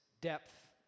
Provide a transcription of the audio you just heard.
depth